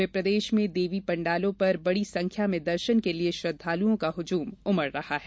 पूरे प्रदेश में देवी पंडालों पर बड़ी संख्या में दर्शन के लिए श्रद्वालुओं का हुजुम उमड़ रहा है